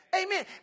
Amen